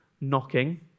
knocking